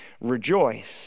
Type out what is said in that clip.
Rejoice